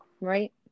Right